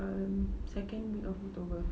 on second week of october